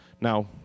Now